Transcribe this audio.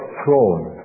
throne